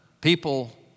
People